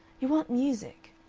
you want music.